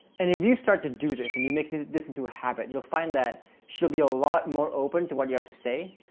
and if you start to do this and you make this this into a habit, you'll find that she'll be a lot more open to what you have to say,